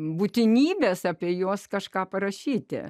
būtinybės apie jos kažką parašyti